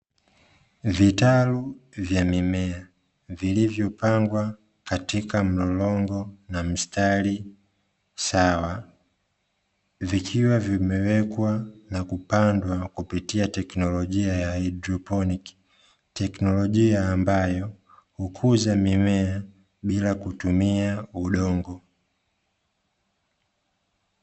Vitalu vya mimea vilivyopangwa katika mlolongo na mstari sawa vikiwa vimewekwa na kupandwa kupitia teknolojia ya haidroponiki, teknolojia ambayo hukuza mimea bila kutumia udongo.